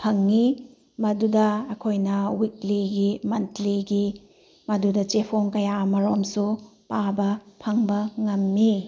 ꯐꯪꯏ ꯃꯗꯨꯗ ꯑꯩꯈꯣꯏꯅ ꯋꯤꯛꯂꯤꯒꯤ ꯃꯠꯂꯤꯒꯤ ꯃꯗꯨꯗ ꯆꯦꯐꯣꯡ ꯀꯌꯥ ꯑꯃꯔꯣꯝꯁꯨ ꯄꯥꯕ ꯐꯪꯕ ꯉꯝꯃꯤ